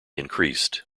increased